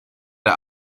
der